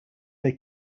they